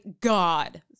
god